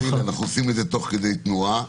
אז הינה, אנחנו עושים את תוך כדי תנועה.